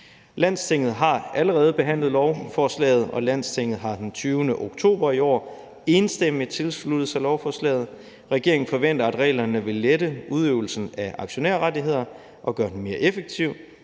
Landstinget har allerede behandlet lovforslaget, og Landstinget har den 20. oktober i år enstemmigt tilsluttet sig lovforslaget. Regeringen forventer, at reglerne vil lette udøvelsen af aktionærrettigheder og gøre den mere effektiv